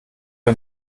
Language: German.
ein